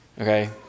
Okay